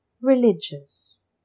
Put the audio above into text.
Religious